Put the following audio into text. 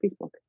Facebook